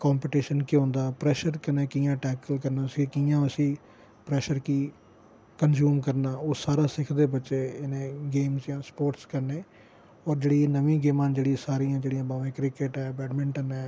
competition केह् होंदा pressure कन्नै जियां टैक्कल करना उसी कि'यां उसी प्रेशर गी कंज्यूम करना ओह् सारा सिखदे बच्चे इनें गेमस जां स्पोर्टस कन्नै होर जेह्ड़ियां एह् नमियां गेमां न सारियां जेह्ड़ियां क्रिकेट ऐ बैडमिंटन ऐ